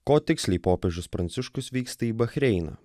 ko tiksliai popiežius pranciškus vyksta į bahreiną